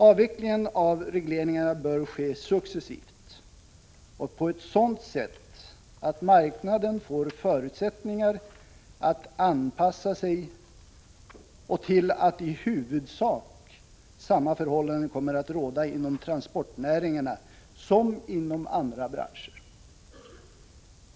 Avvecklingen av regleringarna bör ske successivt samt på ett sådant sätt att marknaden får förutsättningar att anpassa sig och så att i huvudsak samma förhållanden kommer att råda inom transportnäringarna som inom andra branscher.